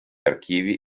archivi